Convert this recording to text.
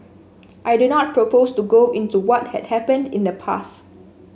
I do not propose to go into what had happened in the past